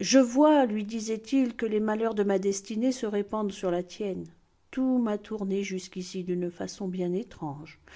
je vois lui disait-il que les malheurs de ma destinée se répandent sur la tienne tout m'a tourné jusqu'ici d'une façon bien étrange